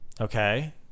Okay